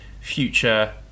future